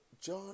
John